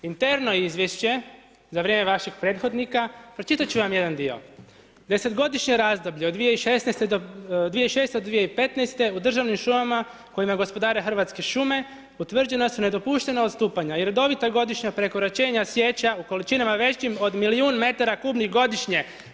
Interno Izvješće za vrijeme vašeg prethodnika, pročitat ću vam jedan dio: „10-ogodišnje razdoblje, od 2006. do 2015. u državnim šumama kojima gospodare Hrvatske šume, utvrđena su nedopuštena odstupanja i redovita godišnja prekoračenja sječa u količinama većim od milijun metara kubnih godišnje.